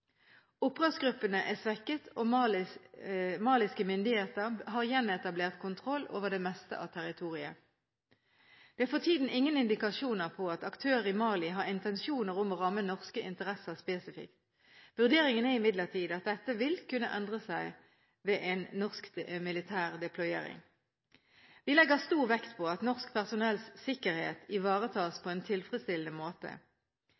Opprørsgruppene er svekket, og maliske myndigheter har gjenetablert kontroll over det meste av territoriet. Det er for tiden ingen indikasjoner på at aktører i Mali har intensjoner om å ramme norske interesser spesifikt. Vurderingen er imidlertid at dette vil kunne endre seg ved en norsk militær deployering. Vi legger stor vekt på at norsk personells sikkerhet ivaretas på en tilfredsstillende måte.